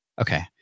Okay